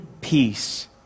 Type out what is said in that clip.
peace